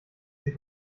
sie